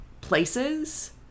places